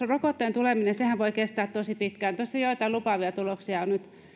rokotteen tuleminenhan voi kestää tosi pitkään tosin joitain lupaavia tuloksia nyt